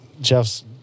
Jeff's